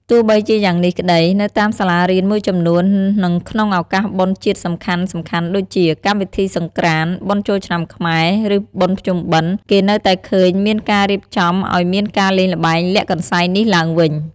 ទោះបីជាយ៉ាងនេះក្តី នៅតាមសាលារៀនមួយចំនួន និងក្នុងឱកាសបុណ្យជាតិសំខាន់ៗដូចជា កម្មវិធីសង្ក្រាន្ត បុណ្យចូលឆ្នាំខ្មែរ ឬបុណ្យភ្ជុំបិណ្ឌ គេនៅតែឃើញមានការរៀបចំឱ្យមានការលេងល្បែងលាក់កន្សែងនេះឡើងវិញ។